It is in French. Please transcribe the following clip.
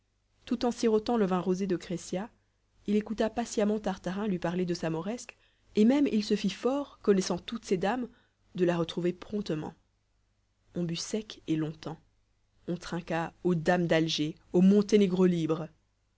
tout en sirotant le vin rosé de crescia il écouta patiemment tartarin lui parler de sa mauresque et même il se fit fort connaissant toutes ces dames de la retrouver promptement on but sec et longtemps on trinqua aux dames d'alger au monténégro libre